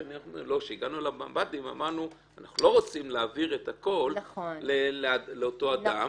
כשהגענו למב"דים אמרנו שאנחנו לא רוצים להעביר הכול לאותו אדם,